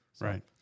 Right